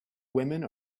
women